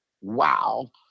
wow